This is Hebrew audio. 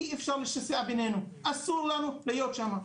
אי אפשר לשסע בינינו, אסור לנו להיות שמה.